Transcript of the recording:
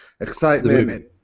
excitement